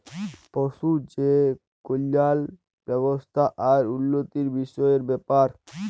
পশু যে কল্যাল ব্যাবস্থা আর উল্লতির বিষয়ের ব্যাপার